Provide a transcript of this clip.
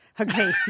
Okay